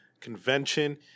convention